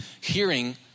hearing